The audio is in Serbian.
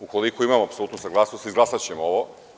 Ukoliko imamo apsolutnu saglasnost, izglasaćemo ovo.